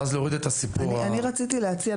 ואז להוריד את הסיפור --- אני רוצה להציע הצעה.